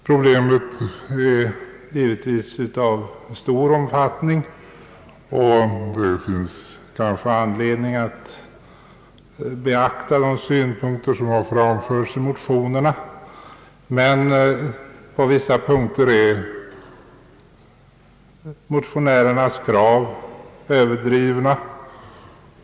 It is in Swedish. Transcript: Problemet är givetvis av stor omfattning, och det finns kanske anledning att beakta de synpunkter som framförts i motionerna, men på vissa punkter är motionärernas krav överdrivna.